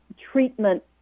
treatment